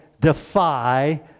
defy